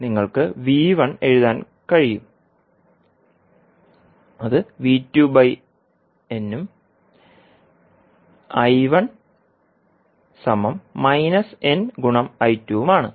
നിങ്ങൾക്ക് V1 എഴുതാൻ കഴിയുംഅത് V2n ഉം I1 nI2 ഉം ആണ്